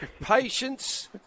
Patience